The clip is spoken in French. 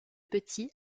petit